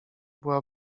była